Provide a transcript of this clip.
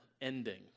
ending